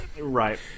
right